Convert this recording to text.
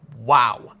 Wow